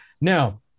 Now